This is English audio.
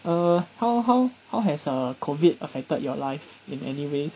uh how how how has uh COVID affected your life in any way